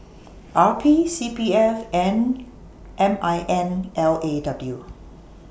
R P C P F and M I N L A W